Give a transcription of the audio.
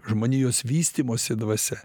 žmonijos vystymosi dvasia